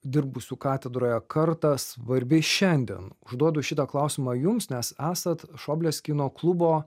dirbusių katedroje kartą svarbi šiandien užduodu šitą klausimą jums nes esat šoblės kino klubo